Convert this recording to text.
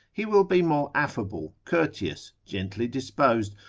he will be more affable, courteous, gently disposed,